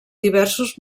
diversos